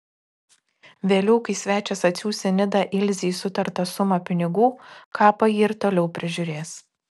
vėliau kai svečias atsiųs į nidą ilzei sutartą sumą pinigų kapą ji ir toliau prižiūrės